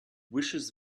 wishes